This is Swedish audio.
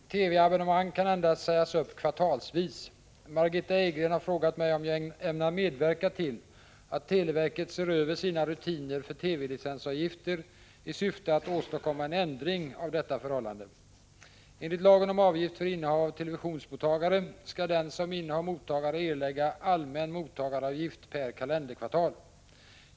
Herr talman! TV-abonnemang kan endast sägas upp kvartalsvis. Margitta Edgren har frågat mig om jag ämnar medverka till att televerket ser över sina rutiner för TV-licensavgifter i syfte att åstadkomma en ändring av detta förhållande. Enligt lagen om avgift för innehav av televisionsmottagare skall den som innehar mottagare erlägga allmän mottagaravgift per kalenderkvartal.